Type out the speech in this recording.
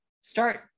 start